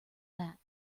that